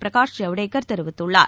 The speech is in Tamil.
பிரகாஷ் ஜவடேகர் தெரிவித்துள்ளார்